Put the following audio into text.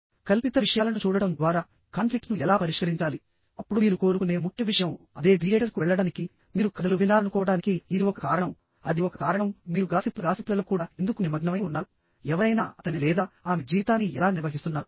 కల్పిత విషయాలను చూడటం ద్వారా కాన్ఫ్లిక్ట్ ను ఎలా పరిష్కరించాలి అప్పుడు మీరు కోరుకునే ముఖ్య విషయం అదే థియేటర్కు వెళ్లడానికి మీరు కథలు వినాలనుకోవడానికి ఇది ఒక కారణం అది ఒక కారణం మీరు గాసిప్లలో కూడా ఎందుకు నిమగ్నమై ఉన్నారు ఎవరైనా అతని లేదా ఆమె జీవితాన్ని ఎలా నిర్వహిస్తున్నారు